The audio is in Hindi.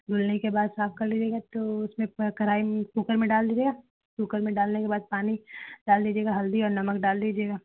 धुलने के बाद साफ़ कर लीजिएगा तो उसमें एक बार कड़ाही में कुकर में डाल दीजिएगा कुकर में डालने के बाद पानी डाल दीजिएगा हल्दी और नमक डाल दीजिएगा